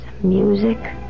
Music